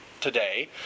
today